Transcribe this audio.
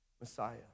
Messiah